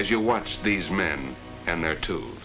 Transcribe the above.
as you watch these men and their to